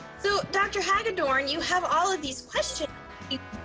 so dr. hagadorn, you have all of these questions